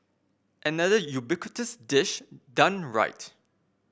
another ubiquitous dish done right